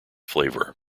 flavour